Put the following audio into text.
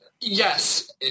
Yes